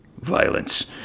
Violence